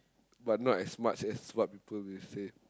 but not as much as what people will say